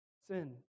sin